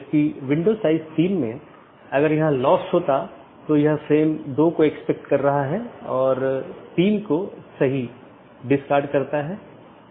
अब एक नया अपडेट है तो इसे एक नया रास्ता खोजना होगा और इसे दूसरों को विज्ञापित करना होगा